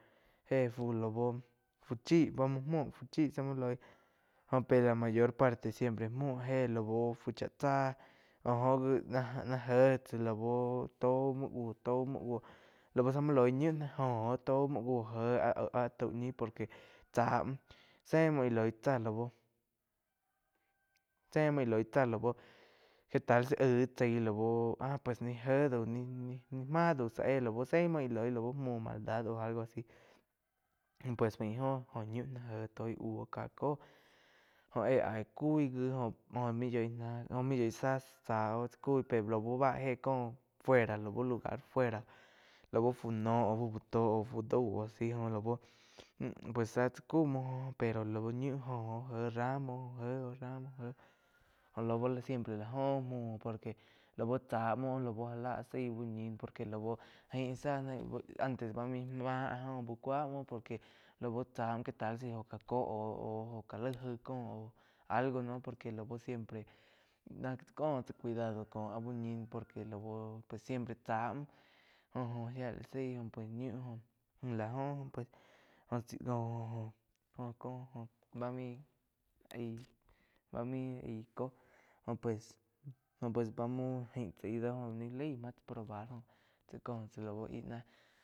Eh fu lau fu chí bá muo múo fu chí zá muo loí jó pe la mayor parte siempre muo éh lau fu chá tsáh jo óh gi náh jé tsá lau tau muo buó tau muo láu zá muo loig ñiu náh joh óh taig muo búo jéh áh tau ñi por que cha muo Zéh muo íh loig tsáh lau, Zé muo óh loig tsá lau que tal si ág tsái láu áh pues ni jé dau ni-ni máh dau zá éh laú zé muo íh loi la uh muo maldad óh algo a si pues faig óh jó ñiu nah jé toig buo ká có óh éh aig cui gi jo muo muo yoig na jo mu yoig záh tsá óh tsá cui pe lau bá éh cóh fuera lau lugar fuera lau fu noh au fu bu tó au fu dau a si lau. Pues zá tzá ku muo pero lau ñiu jo óh je ra muo jé oh ta muo jé oh jó lau siempre la joh muo por que lau chá muo já lah áh saig úh ñih por que lau jain zá na antes ba maig máh áh joh úh cuá muo por que lau chá muo que tsal si óh ja có oh-oj óh já laig ain cóh algo noh por que lau siempre ná tzá cóh tsá cuidado có áh úh ñi noh por que lau siempre chá muo joh-joh shía lá zaí pues ñiuh joh lá joh pues jo tsi jo co bá main aig kóh pues, jo pues bá muo ain tsá ih do jó naí laí máh tsá probar jó tzá có tsa lau íh náh.